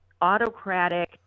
autocratic